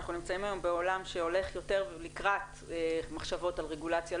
אנחנו נמצאים היום בעולם שהולך יותר לקראת מחשבות על רגולציה,